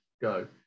go